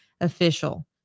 official